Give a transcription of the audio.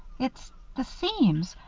it's the seams.